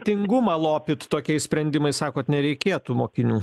tingumą lopyt tokiais sprendimais sakot nereikėtų mokinių